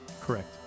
Correct